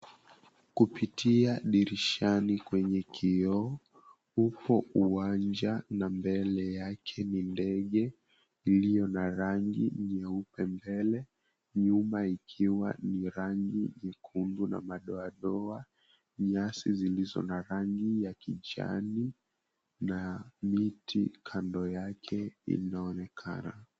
Kupitia dirishani kwenye kioo, upo uwanja na mbele yake ni ndege iliyo na rangi nyeupe mbele, nyuma ikiwa ni rangi nyekundu na madoadoa, nyasi zilizo na rangi ya kijani na miti kando yake inaonekana.